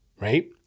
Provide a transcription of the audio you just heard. right